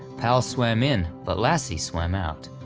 pal swam, in but lassie swam out.